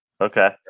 okay